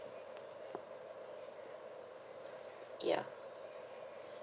ya